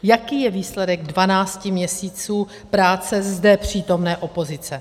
Jaký je výsledek dvanácti měsíců práce zde přítomné opozice?